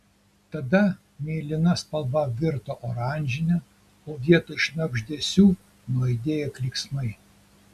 tada mėlyna spalva virto oranžine o vietoj šnabždesių nuaidėjo klyksmai